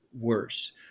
worse